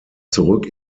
zurück